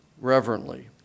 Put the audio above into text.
reverently